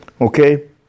Okay